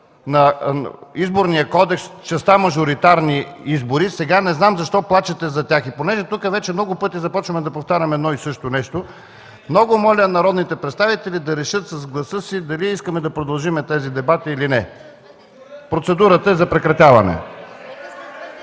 на Изборния кодекс частта „Мажоритарни избори”, сега не знам защо плачете за тях. И понеже тук вече много пъти започваме да повтаряме едно и също нещо, много моля народните представители да решат с гласа си дали искаме да продължим тези дебати или не. Процедурата е за прекратяване.